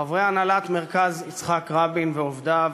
חברי הנהלת מרכז יצחק רבין ועובדיו,